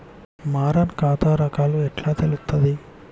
మారిన ఖాతా రకాలు ఎట్లా తెలుత్తది?